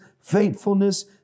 faithfulness